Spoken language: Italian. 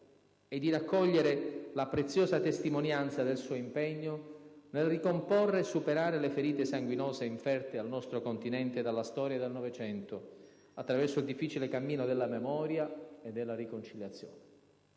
e raccogliere la preziosa testimonianza del suo impegno nel ricomporre e superare le ferite sanguinose inferte al nostro Continente dalla storia del Novecento, attraverso il difficile cammino della memoria e della riconciliazione.